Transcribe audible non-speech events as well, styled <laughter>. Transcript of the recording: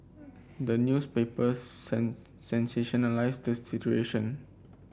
the newspapers <unintelligible> sensationalise the situation